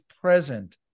present